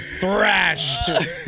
Thrashed